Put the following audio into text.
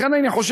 לכן אני חושב,